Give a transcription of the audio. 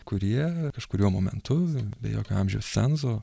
kurie kažkuriuo momentu be jokio amžiaus cenzo